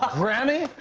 ah grammy?